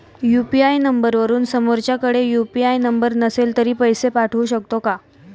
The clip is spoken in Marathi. यु.पी.आय नंबरवरून समोरच्याकडे यु.पी.आय नंबर नसेल तरी पैसे पाठवू शकते का?